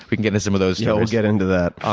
can get into some of those. yeah, we'll get into that.